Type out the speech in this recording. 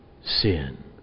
sin